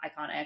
iconic